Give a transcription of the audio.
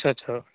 अच्छा अच्छा